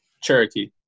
Cherokee